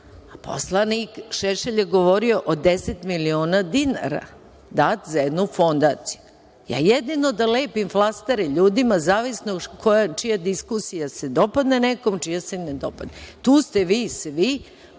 Poslanik Šešelj je govorio o deset miliona dinara, dato za jednu fondaciju. Ja jedino da lepim flastere ljudima zavisno od toga čija se diskusija dopadne nekome, čija se ne dopadne. Tu ste vi svi,